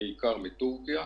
בעיקר מטורקיה,